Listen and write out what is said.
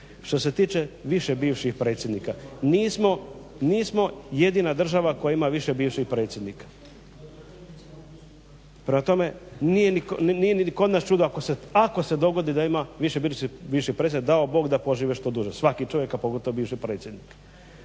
Što se tiče više bivših predsjednika nismo jedina država koja ima više bivših predsjednika. Prema tome nije ni kod nas čudo ako se dogodi da ima više bivših predsjednika, dao Bog da požive što duže, svaki čovjek a pogotovo bivši predsjednik.